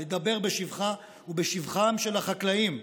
לדבר בשבחה ובשבחם של החקלאים,